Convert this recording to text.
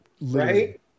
right